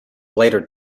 later